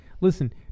Listen